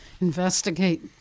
investigate